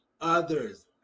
others